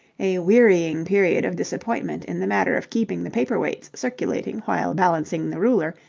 a wearying period of disappointment in the matter of keeping the paper-weights circulating while balancing the ruler,